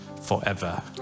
forever